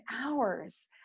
hours